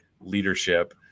leadership